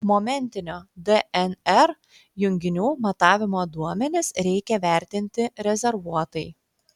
momentinio dnr junginių matavimo duomenis reikia vertinti rezervuotai